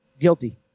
Guilty